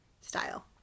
style